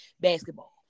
basketball